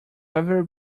ever